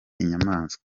inyamaswa